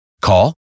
Call